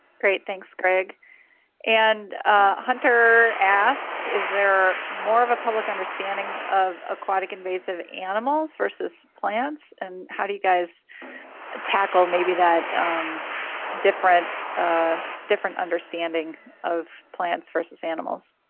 great thanks greg and hunter asks is there more of a public understanding of aquatic invasive animals versus plants and how do you guys ah tackle maybe that different ah different understanding of plants versus animals